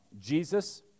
Jesus